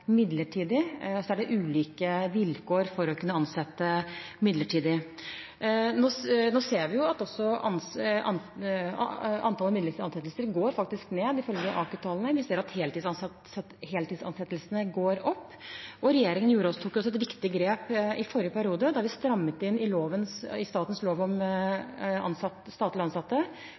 midlertidig, og det er ulike vilkår for å kunne ansette midlertidig. Nå ser vi at antallet midlertidige ansettelser faktisk går ned, ifølge AKU-tallene. Vi ser at antall heltidsansettelser går opp. Regjeringen tok et viktig grep i forrige periode da vi strammet inn i lov om statens ansatte,